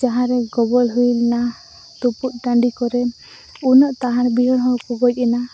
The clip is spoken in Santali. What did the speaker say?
ᱡᱟᱦᱟᱸ ᱨᱮ ᱜᱚᱵᱚᱞ ᱦᱩᱭᱞᱮᱱᱟ ᱛᱩᱯᱩᱫ ᱴᱟᱺᱰᱤ ᱠᱚᱨᱮ ᱩᱱᱟᱹᱜ ᱛᱟᱦᱟᱲ ᱵᱤᱨᱦᱚᱲᱠᱚ ᱜᱚᱡ ᱮᱱᱟ